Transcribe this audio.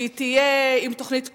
שתהיה עם תוכנית כוללת,